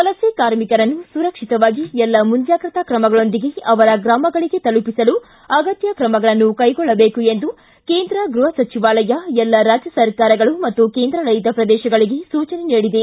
ವಲಸೆ ಕಾರ್ಮಿಕರನ್ನು ಸುರಕ್ಷಿತವಾಗಿ ಎಲ್ಲ ಮುಂಜಾಗ್ರತಾ ಕ್ರಮಗಳೊಂದಿಗೆ ಅವರ ಗ್ರಾಮಗಳಿಗೆ ತಲುಪಿಸಲು ಅಗತ್ಯ ತ್ರಮಗಳನ್ನು ಕೈಗೊಳ್ಳಬೇಕು ಎಂದು ಕೇಂದ್ರ ಗೃಹ ಸಚಿವಾಲಯ ಎಲ್ಲ ರಾಜ್ಯ ಸರ್ಕಾರಗಳು ಮತ್ತು ಕೇಂದ್ರಾಡಳಿತ ಪ್ರದೇಶಗಳಿಗೆ ಸೂಚನೆ ನೀಡಿದೆ